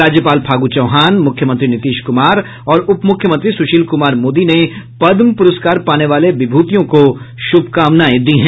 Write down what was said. राज्यपाल फागू चौहान मुख्यमंत्री नीतीश कुमार और उप मुख्यमंत्री सुशील कुमार मोदी ने पद्म पुरस्कार पाने वाले विभूतियों को शुभकामनाएं दी हैं